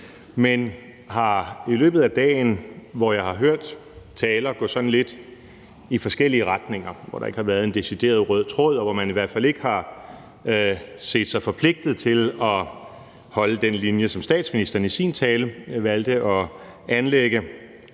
har i løbet af dagen, hvor jeg har hørt taler gå i forskellige retninger, hvor der ikke har været nogen decideret rød tråd, og hvor man i hvert fald ikke har set sig forpligtet til at holde den linje, som statsministeren i sin tale valgte at anlægge,